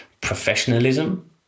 professionalism